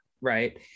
right